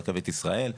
רכבת ישראל,